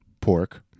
Pork